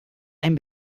einem